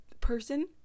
person